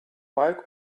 laiku